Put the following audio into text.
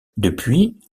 depuis